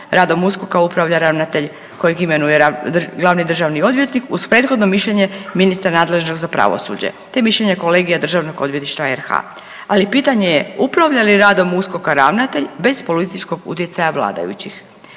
Radom USKOK-a upravlja ravnatelj kojeg imenuje glavni državni odvjetnik uz prethodno mišljenje ministra nadležnog za pravosuđe te mišljenje kolegija DORH-a ali pitanje je upravlja li radom USKOK-a ravnatelj bez političkog utjecaja vladajućih?